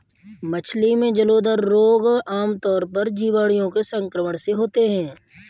मछली में जलोदर रोग आमतौर पर जीवाणुओं के संक्रमण से होता है